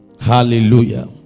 Hallelujah